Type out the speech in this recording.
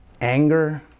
anger